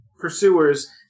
pursuers